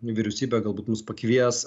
vyriausybė galbūt mus pakvies